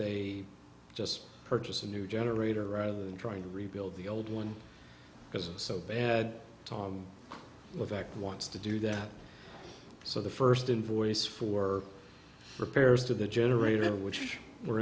they just purchase a new generator rather than trying to rebuild the old one because it was so bad top of act wants to do that so the first invoice for repairs to the generator which were